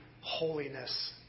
holiness